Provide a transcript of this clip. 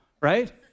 right